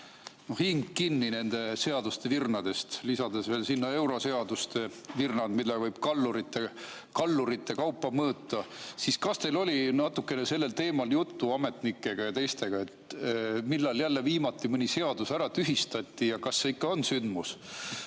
hing kinni nendest seadusevirnadest, lisades sinna veel euroseaduste virnad, mida võib kallurite kaupa mõõta. Kas teil oli natukene sellel teemal juttu ametnike ja teistega, millal viimati mõni seadus tühistati ja kas see ikka on sündmus?